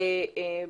ו-4.2ג.